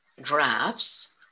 drafts